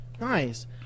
Nice